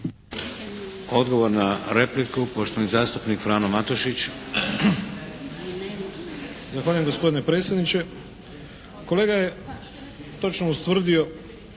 Odgovor na repliku, poštovani zastupnik Frano Matušić. **Matušić, Frano (HDZ)** Zahvaljujem gospodine predsjedniče. Kolega je točno ustvrdio